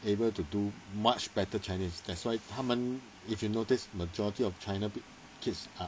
able to do much better chinese that's why 他们 if you notice majority of china kids are